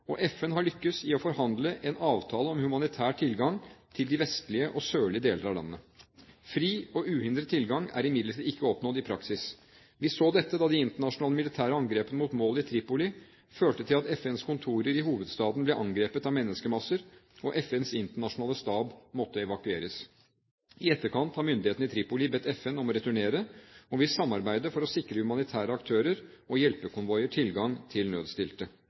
og FN har lyktes i å forhandle fram en avtale om humanitær tilgang til de vestlige og sørlige deler av landet. Fri og uhindret tilgang er imidlertid ikke oppnådd i praksis. Vi så dette da de internasjonale militære angrepene mot mål i Tripoli førte til at FNs kontorer i hovedstaden ble angrepet av menneskemasser og FNs internasjonale stab måtte evakueres. I etterkant har myndighetene i Tripoli bedt FN om å returnere, og de vil samarbeide for å sikre humanitære aktører og hjelpekonvoier tilgang til nødstilte.